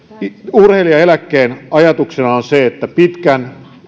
urheilijaeläkkeen ajatuksena on se että kun pitkän